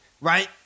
Right